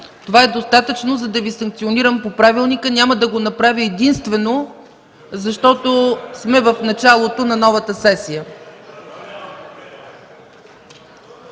Това е достатъчно, за да Ви санкционирам по правилника. Няма да го направя единствено защото сме в началото на новата сесия.